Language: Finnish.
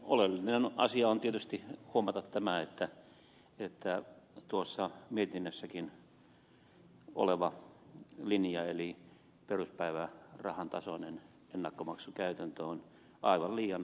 olennainen asia on tietysti huomata tuossa mietinnössäkin oleva linja eli peruspäivärahan tasoinen ennakkomaksukäytäntö on aivan liian matala